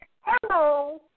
hello